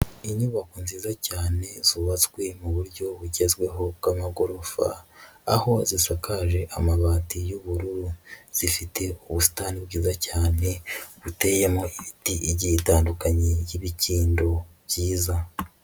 Inyubako nziza cyane zubatswe mu buryo bugezweho bw'amagorofa, aho zisakaje amabati y'ubururu. Zifite ubusitani bwiza cyane buteyemo ibiti igiye itandukanye y'ibikindo byiza.